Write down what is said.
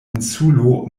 insulo